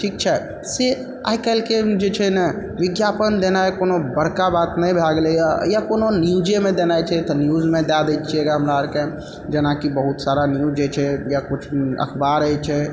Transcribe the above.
ठीक छै से आइ काल्हिके जे छै ने विज्ञापन देनाए कोनो बड़का बात नै भए गेलैए या या कोनो न्यूजेमे देनाए छै तऽ न्यूजमे दऽ दै छियै गे हम आरके जेना कि बहुत सारा न्यूज होइ छै या किछु अखबार होइ छै